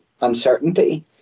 uncertainty